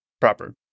proper